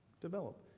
develop